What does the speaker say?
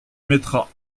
mettra